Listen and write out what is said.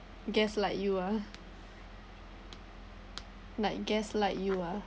gaslight you ah like gaslight you ah